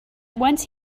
once